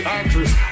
actress